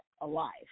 alive